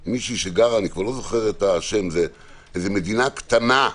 עם מישהי שגרה במדינה קטנה,